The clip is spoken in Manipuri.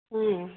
ꯎꯝ